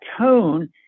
tone